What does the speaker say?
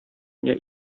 nie